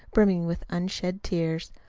brimming with unshed tears.